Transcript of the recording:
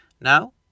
Now